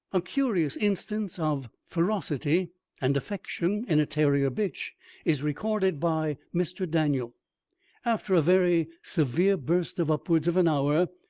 a curious instance of ferocity and affection in a terrier bitch is recorded by mr. daniel after a very severe burst of upwards of an hour,